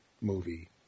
movie